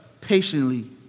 patiently